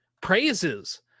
praises